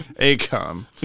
Acom